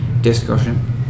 discussion